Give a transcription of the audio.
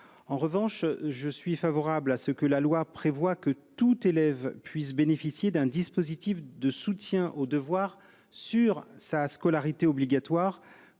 Toutefois, je suis favorable à ce que la loi prévoie que tout élève puisse bénéficier d'un dispositif de soutien aux devoirs sur le temps de scolarité obligatoire,